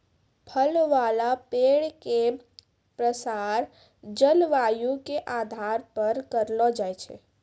फल वाला पेड़ के प्रसार जलवायु के आधार पर करलो जाय छै